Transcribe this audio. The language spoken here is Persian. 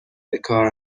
بکار